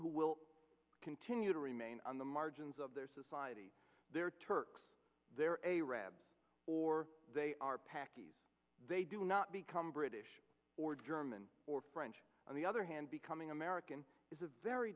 who will continue to remain on the margins of their society they're turks they're a rabs or they are paki's they do not become british or german or french on the other hand becoming american is a very